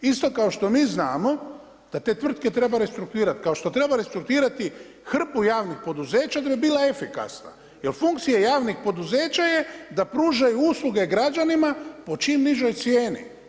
Isto kao što mi znamo da te tvrtke treba restrukturirati, ako što treba restrukturirati hrpu javnih poduzeća da bi bila efikasna, jer funkcija javnih poduzeća je da pružaju usluge građanima po čim nižoj cijeni.